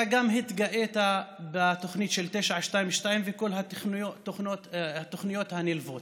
אתה גם התגאית בתוכנית של 922 וכל התוכניות הנלוות.